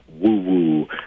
woo-woo